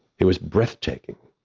it was breathtaking